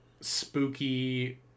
spooky